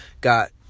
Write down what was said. got